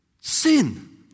sin